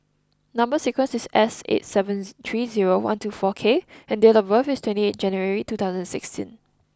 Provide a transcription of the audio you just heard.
number sequence is S eight seven three zero one two four K and date of birth is twenty eight January two thousand and sixteen